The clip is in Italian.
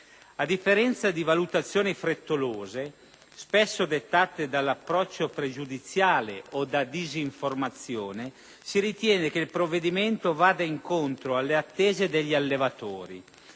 A differenza di valutazioni frettolose, spesso dettate da un approccio pregiudiziale o da disinformazione, si ritiene che il provvedimento vada incontro alle attese degli allevatori